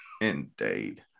Indeed